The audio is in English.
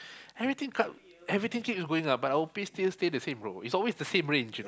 everything cut everything keep going up but our pay still stay the same bro it's always the same range